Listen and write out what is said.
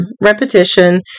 repetition